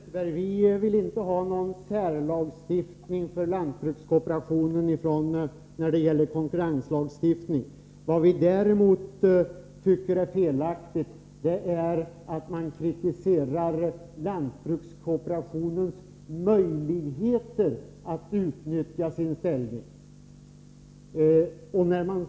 Herr talman! Nej, Per Westerberg, vi vill inte ha någon särlagstiftning för lantbrukskooperationen när det gäller konkurrenslagstiftningen. Vad vi däremot tycker är felaktigt är att man kritiserar lantbrukskooperationens möjligheter att utnyttja sin ställning.